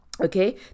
okay